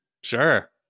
Sure